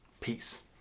peace